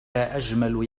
أجمل